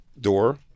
door